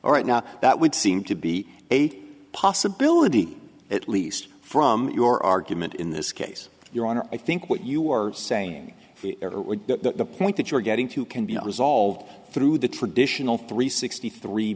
all right now that would seem to be a possibility at least from your argument in this case your honor i think what you are saying that the point that you're getting two can be resolved through the traditional three sixty three